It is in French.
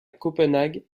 copenhague